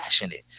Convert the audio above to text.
passionate